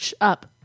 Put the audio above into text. up